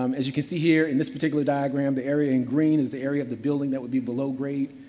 um as you can see here, in this particular diagram, the area in green is the area of the building that would be below gray.